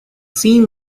seem